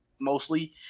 mostly